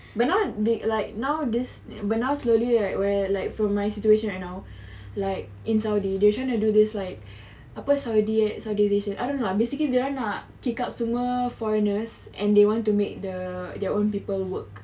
but then like they now this now slowly right where like for my situation right now like in saudi they do this like apa saudi I don't know lah basically dorang nak kick out semua foreigners and they want to make the their own people work